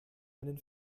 einen